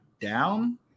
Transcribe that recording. down